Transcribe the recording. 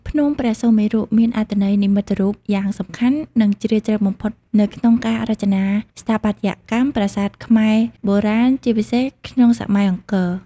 ភ្នំព្រះសុមេរុ មានអត្ថន័យនិមិត្តរូបយ៉ាងសំខាន់ និងជ្រាលជ្រៅបំផុតនៅក្នុងការរចនាស្ថាបត្យកម្មប្រាសាទខ្មែរបុរាណ ជាពិសេសក្នុងសម័យអង្គរ។